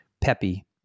peppy